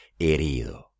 herido